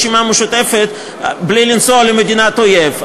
ברשימה המשותפת בלי לנסוע למדינת אויב,